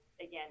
again